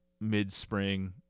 mid-Spring